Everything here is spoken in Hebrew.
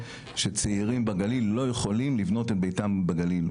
שצעירים בגליל לא יכולים לבנות את ביתם בגליל,